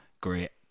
great